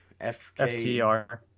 FTR